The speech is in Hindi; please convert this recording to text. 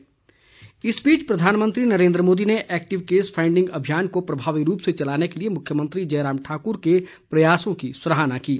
मुख्यमंत्री इस बीच प्रधानमंत्री नरेंद्र मोदी ने एक्टिव केस फाईडिंग अभियान को प्रभावी रूप से चलाने के लिए मुख्यमंत्री जयराम ठाकुर के प्रयासों की सराहना की है